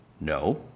No